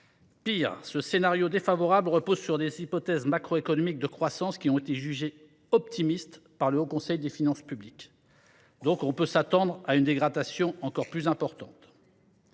Pire, ce scénario défavorable repose sur des hypothèses macroéconomiques de croissance qui ont été jugées « optimistes » par le Haut Conseil des finances publiques. Nous pouvons donc nous attendre à une dégradation encore plus importante.